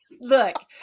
Look